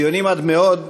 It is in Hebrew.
ציונים עד מאוד,